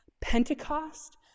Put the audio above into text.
pentecost